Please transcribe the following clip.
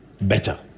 better